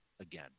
again